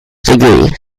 degree